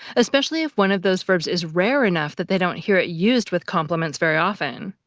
especially if one of those verbs is rare enough that they don't hear it used with complements very often.